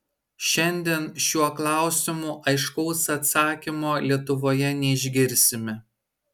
šiandien šiuo klausimu aiškaus atsakymo lietuvoje neišgirsime